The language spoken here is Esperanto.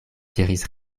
diris